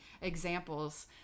examples